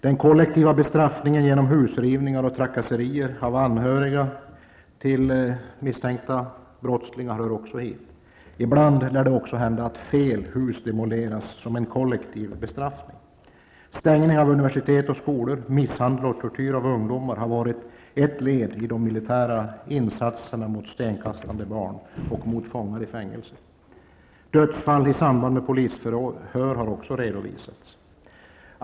Den kollektiva bestraffningen genom husrivningar och trakasserier av anhöriga till misstänkta brottslingar hör också hit. Ibland lär det också hända att ''fel'' hus demoleras som en kollektiv bestraffning. Stängning av universitet och skolor och misshandel och tortyr av ungdomar har varit ett led i de militära insatserna mot stenkastande barn och mot fångar i fängelser. Dödsfall i samband med polisförhör har också redovisats.